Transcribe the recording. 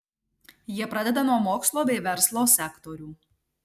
jie pradeda nuo mokslo bei verslo sektorių